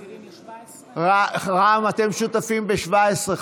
רע"מ, אתם שותפים ב-17.